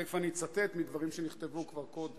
תיכף אני אצטט מדברים שנכתבו כבר קודם.